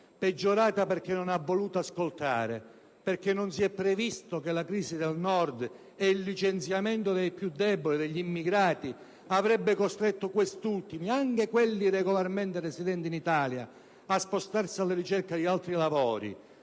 peggiorata, perché lei non ha voluto ascoltare e perché non si è previsto che la crisi al Nord e il susseguente licenziamento dei più deboli, gli immigrati, avrebbe costretto questi ultimi, anche quelli regolarmente residenti in Italia, a spostarsi alla ricerca di altri lavori,